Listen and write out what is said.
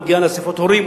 הוא לא מגיע לאספות הורים,